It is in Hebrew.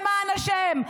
למען השם,